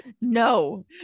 No